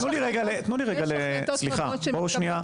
תנו לי רגע --- אני אומרת,